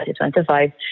2025